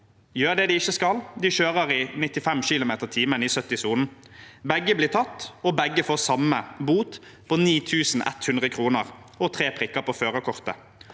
gjør noe de ikke skal: De kjører i 95 km/t i 70-sonen. Begge blir tatt, og begge får samme bot på 9 100 kr og tre prikker på førerkortet.